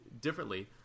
differently